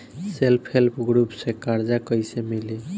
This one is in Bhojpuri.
सेल्फ हेल्प ग्रुप से कर्जा कईसे मिली?